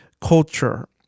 culture